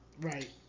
Right